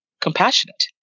compassionate